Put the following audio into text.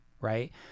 Right